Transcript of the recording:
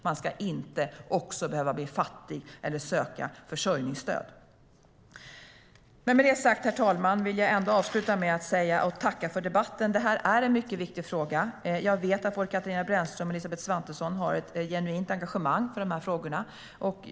Man ska inte också behöva bli fattig eller söka försörjningsstöd. Herr talman! Med det sagt vill jag ändå avsluta med att tacka för debatten. Det här är en mycket viktig fråga. Jag vet att både Katarina Brännström och Elisabeth Svantesson har ett genuint engagemang för de här frågorna.